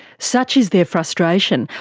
such is their frustration,